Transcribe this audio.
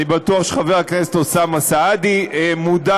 אני בטוח שחבר הכנסת אוסאמה סעדי מודע